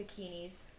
bikinis